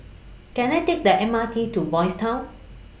Can I Take The M R T to Boys' Town